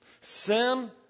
Sin